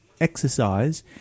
exercise